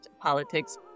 politics